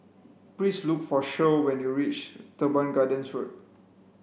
please look for Shirl when you reach Teban Gardens Road